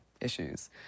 issues